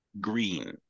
green